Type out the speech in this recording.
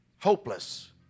Hopeless